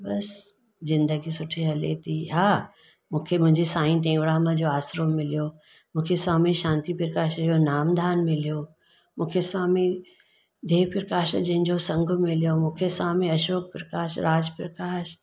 बसि ज़िंदगी सुठी हले थी हा मूंखे मुंहिंजे साईं टेउराम जो आसरो मिलियो मूंखे स्वामी शांती प्रकाश अहिड़ो नाम दान मिलियो मूंखे स्वामी देव प्रकाश जंहिंजो संघ मिलियो मूंखे स्वामी अशोक प्रकाश राज प्रकाश